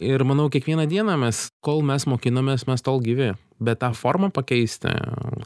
ir manau kiekvieną dieną mes kol mes mokinamės mes tol gyvi bet tą formą pakeistą